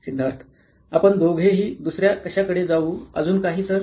सिद्धार्थ आपण दोघेही दुसर्या कशाकडे जाऊ अजून काही सर